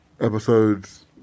episodes